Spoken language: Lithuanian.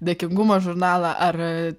dėkingumo žurnalą ar